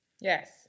Yes